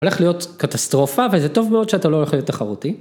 הולך להיות קטסטרופה וזה טוב מאוד שאתה לא הולך להיות תחרותי.